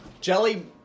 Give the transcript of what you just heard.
jelly